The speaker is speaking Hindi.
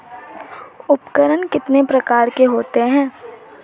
उपकरण कितने प्रकार के होते हैं?